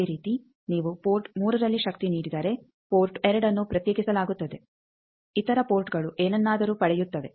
ಅದೇ ರೀತಿ ನೀವು ಪೋರ್ಟ್ 3ನಲ್ಲಿ ಶಕ್ತಿ ನೀಡಿದರೆ ಪೋರ್ಟ್ 2ಅನ್ನು ಪ್ರತ್ಯೇಕಿಸಲಾಗುತ್ತದೆ ಇತರ ಪೋರ್ಟ್ ಗಳು ಏನನ್ನಾದರೂ ಪಡೆಯುತ್ತವೆ